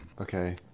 Okay